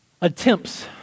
attempts